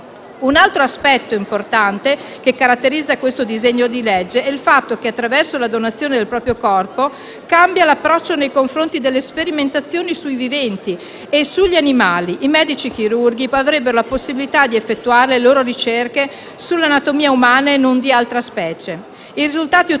Un altro aspetto importante che caratterizza questo disegno di legge è il fatto che, attraverso la donazione del proprio corpo *post mortem*, cambia l'approccio nei confronti delle sperimentazioni sui viventi e sugli animali: i medici chirurghi avrebbero la possibilità di effettuare le loro ricerche sull'anatomia umana e non di altra specie. I risultati ottenuti